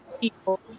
people